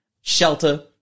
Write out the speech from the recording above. Shelter